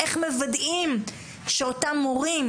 איך מוודאים שאותם מורים,